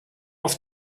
auf